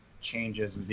changes